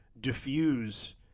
diffuse